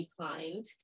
declined